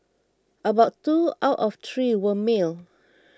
about two out of three were male